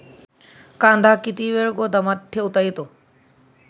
कांदा किती वेळ गोदामात ठेवता येतो?